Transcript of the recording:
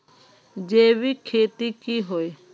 जैविक खेती की होय?